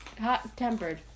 hot-tempered